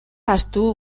ahaztu